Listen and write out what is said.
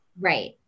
Right